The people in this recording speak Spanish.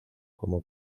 como